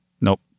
Nope